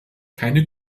keine